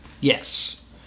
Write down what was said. Yes